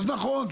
אז נכון,